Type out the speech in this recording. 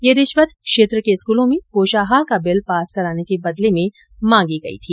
ये रिश्वत क्षेत्र के स्कूलों में पोषाहार का बिल पास कराने के बदले में मांगी गई थी